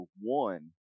one